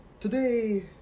Today